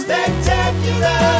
Spectacular